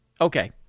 Okay